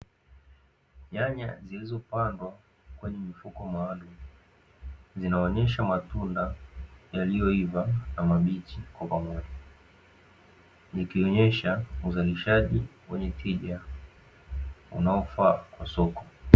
Nyanya zilizo pandwa kwenye mifuko maalumu, zinaonyesha matunda yaliyo iva na mabichi kwa pamoja, zikionyesha uzalishaji wenye tija unaofaa kwa soko.